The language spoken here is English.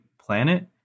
Planet